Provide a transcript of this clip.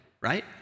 right